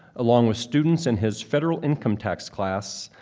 along with students in his federal income tax class,